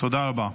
תודה רבה.